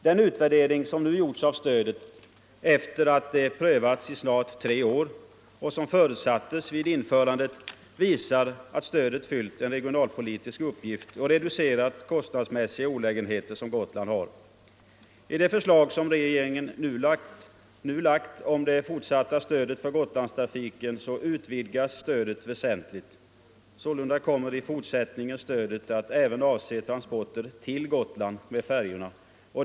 Den utvärdering som nu gjorts av stödet efter att det prövats i snart tre år, som förutsatts vid införandet, visar att stödet fyllt en regionalpolitisk uppgift och reducerat kostnadsmässiga olägenheter som Gotland har. I det förslag som regeringen nu lagt om det fortsatta stödet för Gotlandstrafiken utvidgas stödet väsentligt. Sålunda kommer i fortsättningen stödet att även avse transporter rill Gotland med färjorna.